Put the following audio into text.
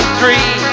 three